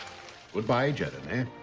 goodbye jeremy.